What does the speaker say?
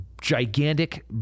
gigantic